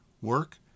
work